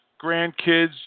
grandkids